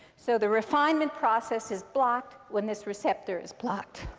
so the refinement process is blocked when this receptor is blocked.